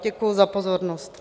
Děkuji za pozornost.